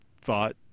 thought